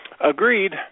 Agreed